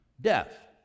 death